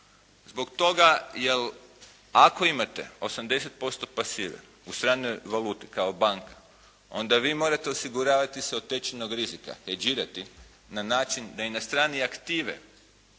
Zbog toga, jer ako imate 80% pasive u stranoj valuti kao banka, onda vi morate osiguravati se od tečajnog rizika, …/Govornik se ne razumije./… na način da i na strani aktive